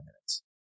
minutes